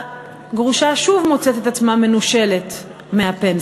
הגרושה שוב מוצאת את עצמה מנושלת מהפנסיה,